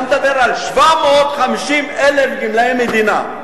אתה מדבר על 750,000 גמלאי מדינה.